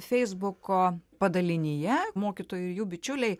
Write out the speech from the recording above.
feisbuko padalinyje mokytojai ir jų bičiuliai